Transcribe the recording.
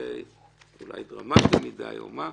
זה אולי דרמטי מדי או מה,